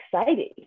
exciting